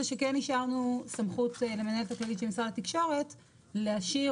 זה שכן השארנו סמכות למנהלת הכללית של משרד התקשורת להשאיר